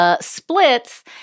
Splits